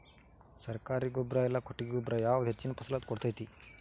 ಸರ್ಕಾರಿ ಗೊಬ್ಬರ ಇಲ್ಲಾ ಕೊಟ್ಟಿಗೆ ಗೊಬ್ಬರ ಯಾವುದು ಹೆಚ್ಚಿನ ಫಸಲ್ ಕೊಡತೈತಿ?